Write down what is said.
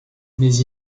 mais